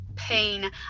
Pain